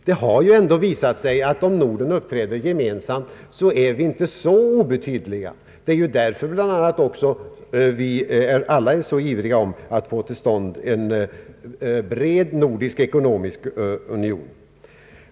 Det har ändå visat sig att om Norden uppträder gemensamt är vi inte så obetydliga. Det är bland annat därför vi alla är så ivriga att få till stånd en bred nordisk ekonomisk union.